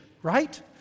right